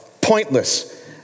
pointless